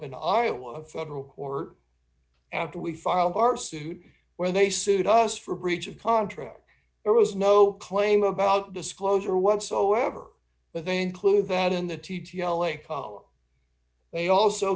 in iowa federal court after we filed our suit where they sued us for breach of contract there was no claim about disclosure whatsoever but they include that in the t t l a call they also